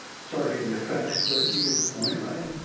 sorry for the effects. but you get the point, right?